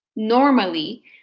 Normally